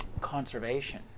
conservation